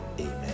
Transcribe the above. Amen